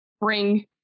bring